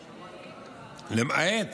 כמובן, למעט